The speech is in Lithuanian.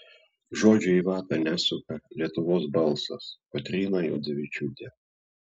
žodžių į vatą nesuka lietuvos balsas kotryna juodzevičiūtė